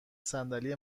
صندلی